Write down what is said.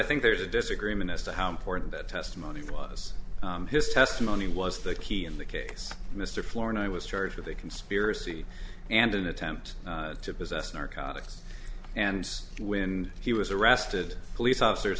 think there's a disagreement as to how important that testimony was his testimony was the key in the case of mr floor and i was charged with a conspiracy and an attempt to possess narcotics and when he was arrested police officers